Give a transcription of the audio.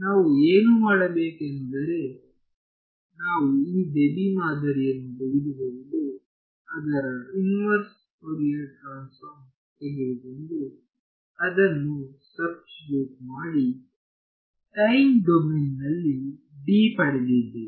ನಾವು ಏನು ಮಾಡಿದ್ದೇವೆಂದರೆ ನಾವು ಈ ಡೆಬಿ ಮಾದರಿಯನ್ನು ತೆಗೆದುಕೊಂಡು ಅದರ ಇನ್ವರ್ಸ್ ಫೋರಿಯರ್ ಟ್ರಾನ್ಸ್ಫಾರ್ಮ ತೆಗೆದುಕೊಂಡು ಅದನ್ನುಸಬ್ಸ್ಟಿಟ್ಯೂಟ್ ಮಾಡಿ ಟೈಮ್ ಡೊಮೇನ್ನಲ್ಲಿ D ಪಡೆದಿದ್ದೇವೆ